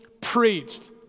preached